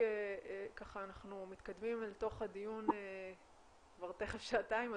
אנחנו מתקדמים אל תוך הדיון כבר תכף שעתיים,